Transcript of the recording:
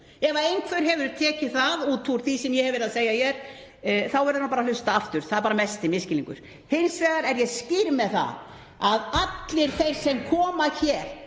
Ef einhver hefur tekið það út úr því sem ég hef verið að segja hér þá verður hann bara að hlusta aftur. Það er mesti misskilningur. Ég er hins vegar skýr með það að allir þeir sem koma hér,